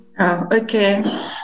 Okay